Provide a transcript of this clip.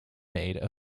made